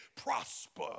prosper